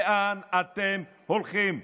לאן אתם הולכים?